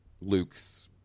Luke's